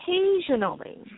occasionally